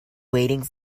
waiting